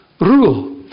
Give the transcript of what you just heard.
rule